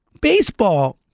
Baseball